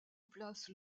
place